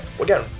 again